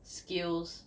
skills